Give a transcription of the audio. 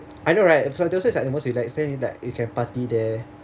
I know right so those is like the most relax staying like you can party there